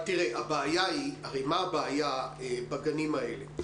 הרי מה הבעיה בגנים האלה?